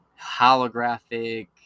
holographic